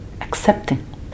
accepting